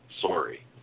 Sorry